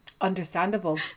Understandable